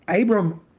Abram